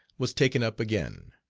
was taken up again.